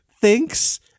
thinks